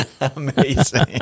Amazing